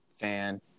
fan